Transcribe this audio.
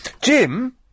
Jim